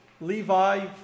Levi